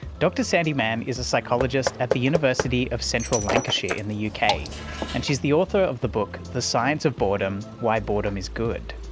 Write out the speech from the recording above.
dr sandi mann is a psychologist at the university of central lancashire in the yeah uk and she's the author of the book the science of boredom why boredom is good.